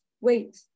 Wait